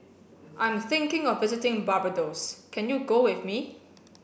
I'm thinking of visiting Barbados can you go with me